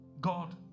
God